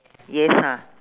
yes ha